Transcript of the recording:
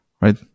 right